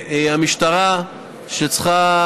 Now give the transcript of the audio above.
והמשטרה צריכה,